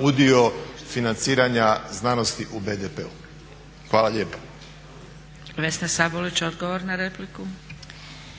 udio financiranja znanosti u BDP-u. Hvala lijepa.